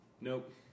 Nope